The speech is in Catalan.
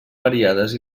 variades